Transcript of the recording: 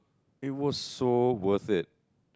it was so worth it